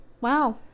Wow